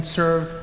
serve